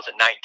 2019